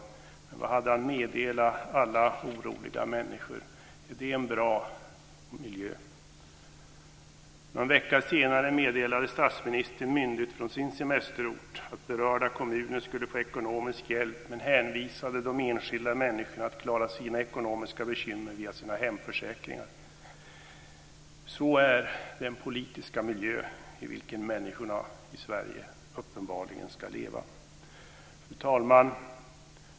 Men vad hade han att meddela alla oroliga människor? Är det en bra miljö? Någon vecka senare meddelade statsministern myndigt från sin semesterort att berörda kommuner skulle få ekonomisk hjälp, men hänvisade de enskilda människorna att klara sina ekonomiska bekymmer via sina hemförsäkringar. Så är den politiska miljö i vilken människorna i Sverige uppenbarligen ska leva. Fru talman!